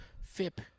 Fip